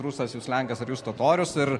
rusas jūs lenkas ar jūs totorius ir